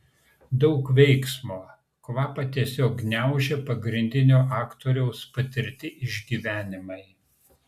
daug veiksmo kvapą tiesiog gniaužia pagrindinio aktoriaus patirti išgyvenimai